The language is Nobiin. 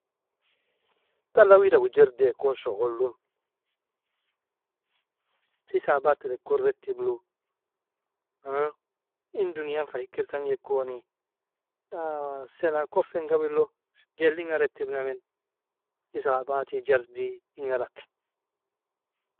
Tala wida uu jardiekon shughulun hisapat terkon retiblu in dunian fa hikir tagnye koni sena kofin gabilu jelinga retibnamen hisapati jardi in galak.